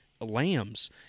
lambs